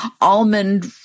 almond